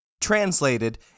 Translated